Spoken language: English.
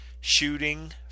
shooting